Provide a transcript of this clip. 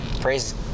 praise